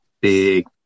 big